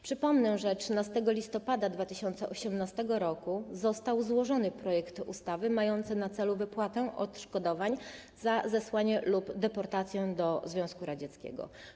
Przypomnę, że 13 listopada 2018 r. został złożony projekt ustawy mający na celu wypłatę odszkodowań za zesłanie lub deportację do Związku Radzieckiego.